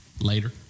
Later